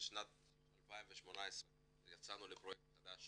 בשנת 2018 יצאנו לפרויקט חדש